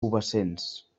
pubescents